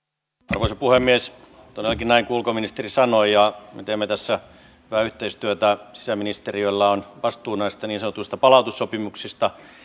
arvoisa puhemies todellakin näin kuin ulkoministeri sanoi ja me teemme tässä hyvää yhteistyötä sisäministeriöllä on vastuu näistä niin sanotuista palautussopimuksista